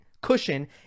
cushion